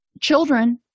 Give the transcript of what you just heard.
Children